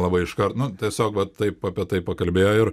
labai iškart nu tiesiog va taip apie tai pakalbėjo ir